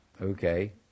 Okay